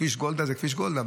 כביש גולדה זה כביש גולדה,